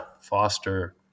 foster